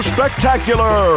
Spectacular